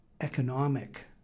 economic